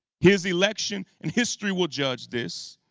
his election, and history will judge this,